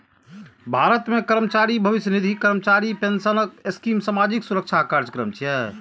भारत मे कर्मचारी भविष्य निधि, कर्मचारी पेंशन स्कीम सामाजिक सुरक्षा कार्यक्रम छियै